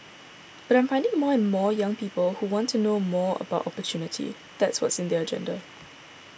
but I'm finding more and more young people who want to know more about opportunity that's what's in their agenda